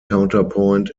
counterpoint